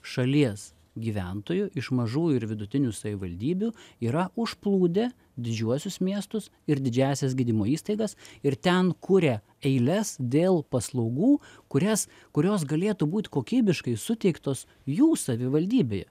šalies gyventojų iš mažų ir vidutinių savivaldybių yra užplūdę didžiuosius miestus ir didžiąsias gydymo įstaigas ir ten kuria eiles dėl paslaugų kurias kurios galėtų būt kokybiškai suteiktos jų savivaldybėj